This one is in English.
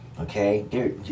Okay